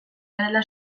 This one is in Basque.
garela